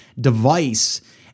device